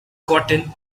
gotten